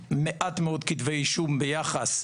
יפה.